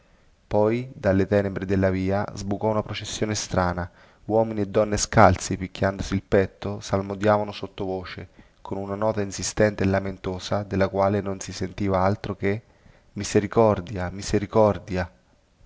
poi dalle tenebre della via sbucò una processione strana uomini e donne scalzi picchiandosi il petto salmodiando sottovoce con una nota insistente e lamentosa della quale non si sentiva altro che misericordia misericordia